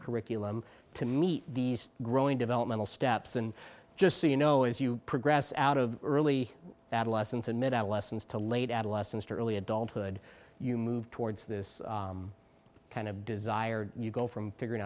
curriculum to meet these growing developmental steps and just so you know as you progress out of early adolescence and middle lessons to late adolescence to early adulthood you move towards this kind of desire you go from figuring